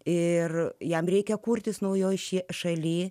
ir jam reikia kurtis naujoje šie šalyje